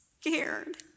scared